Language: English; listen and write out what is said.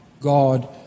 God